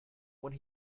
when